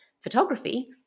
photography